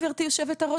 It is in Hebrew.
גברתי היושבת-ראש,